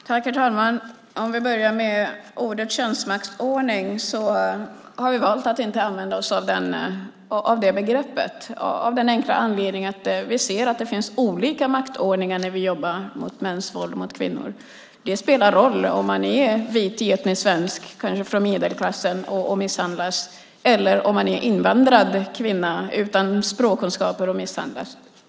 Herr talman! Vi börjar med ordet könsmaktsordning. Vi har valt att inte använda oss av det begreppet av den enkla anledningen att vi ser att det finns olika maktordningar när vi jobbar mot mäns våld mot kvinnor. Det spelar roll om man är vit etnisk svensk från medelklassen och misshandlas eller om man är invandrad kvinna utan språkkunskaper och misshandlas.